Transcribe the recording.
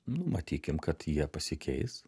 nu matykim kad jie pasikeis